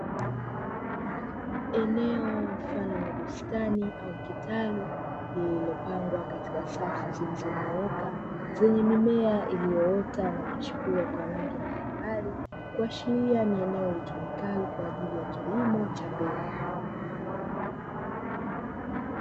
Eneo mfano wa bustani au kitalu lililopangwa katika safu zilizonyooka zenye mimea iliyoota na kuchipua kwa rangi mbalimbali, kuashiria ni eneo litumikalo kwa ajili ya kilimo cha mbegu.